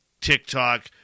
TikTok